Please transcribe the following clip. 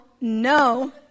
no